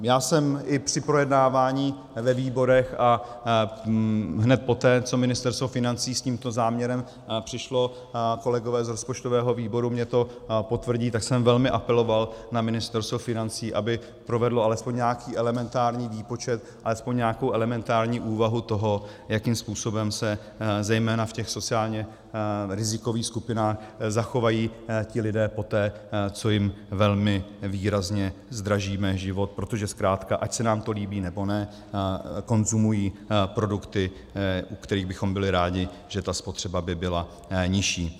Já jsem i při projednávání ve výborech a hned poté, co Ministerstvo financí s tímto záměrem přišlo, kolegové z rozpočtového výboru mně to potvrdí, tak jsem velmi apeloval na Ministerstvo financí, aby provedlo alespoň nějaký elementární výpočet, aspoň nějakou elementární úvahu toho, jakým způsobem se zejména v těch sociálně rizikových skupinách zachovají ti lidé poté, co jim velmi výrazně zdražíme život, protože zkrátka ať se nám to líbí, nebo ne, konzumují produkty, u kterých bychom byli rádi, že ta spotřeba by byla nižší.